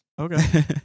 Okay